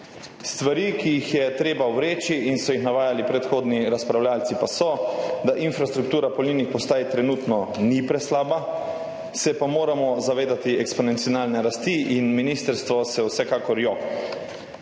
Stvari, ki jih je treba ovreči in so jih navajali predhodni razpravljavci, pa so, da infrastruktura polnilnih postaj trenutno ni preslaba, se pa moramo zavedati eksponencialne rasti, ministrstvo se je vsekakor